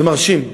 זה מרשים,